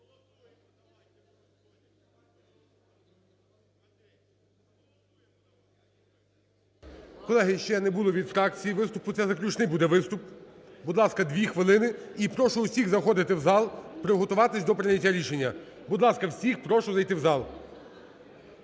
Колеги, ще не було від фракцій виступу, це заключний буде виступ. Будь ласка, 2 хвилини. І прошу усіх заходити в зал, приготуватися до прийняття рішення. Будь ласка, всіх прошу зайти в зал.